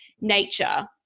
nature